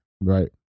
Right